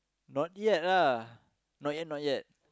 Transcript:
not yet lah not yet not yet